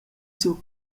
siu